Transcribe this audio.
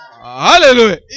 Hallelujah